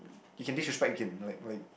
you can disrespect him like like